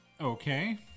okay